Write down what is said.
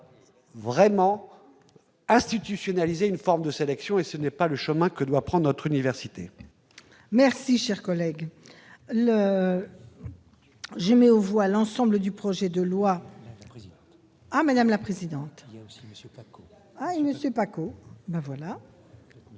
vraiment institutionnaliser une forme de sélection et ce n'est pas le chemin que doit prendre notre université. Merci, cher collègue, le j'mais aux voix l'ensemble du projet de loi à madame la présidente, monsieur, monsieur Pacaud